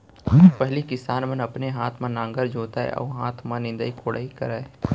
पहिली किसान मन अपने हाथे म नांगर जोतय अउ हाथे म निंदई कोड़ई करय